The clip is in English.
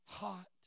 hot